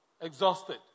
exhausted